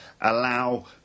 allow